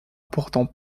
pourtant